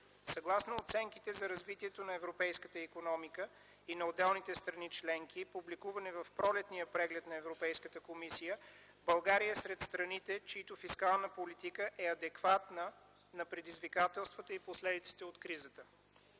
Съгласно оценките за развитието на европейската икономика и на отделните страни членки, публикувани в пролетния преглед на Европейската комисия, България е сред страните, чиято фискална политика е адекватна на предизвикателствата и последиците от кризата.